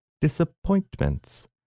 Disappointments